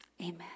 Amen